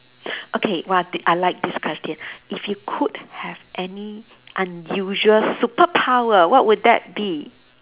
okay !wah! I like this question if you could have any unusual superpower what would that be